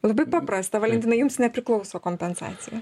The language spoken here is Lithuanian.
labai paprasta valentinai jums nepriklauso kompensacija